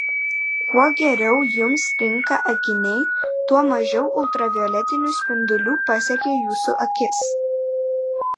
kuo geriau jums tinka akiniai tuo mažiau ultravioletinių spindulių pasiekia jūsų akis